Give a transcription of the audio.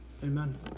Amen